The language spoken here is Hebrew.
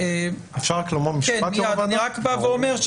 אני רק אומר,